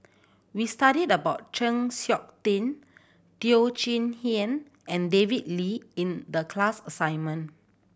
we studied about Chng Seok Tin Teo Chee Hean and David Lee in the class assignment